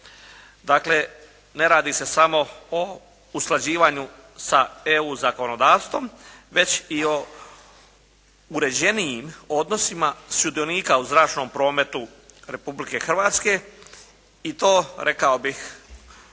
Dakle, ne radi se samo o usklađivanju sa EU zakonodavstvom već i o uređenijim odnosima sudionika u zračnom prometu Republike Hrvatske i to rekao bih